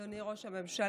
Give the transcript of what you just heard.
אדוני ראש הממשלה,